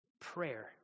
prayer